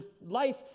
life